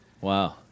Wow